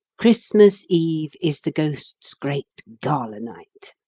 christmas eve is the ghosts' great gala night.